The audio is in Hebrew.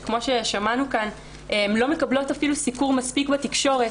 שכמו ששמענו כאן הן לא מקבלות אפילו סיקור מספיק בתקשורת.